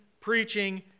preaching